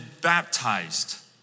baptized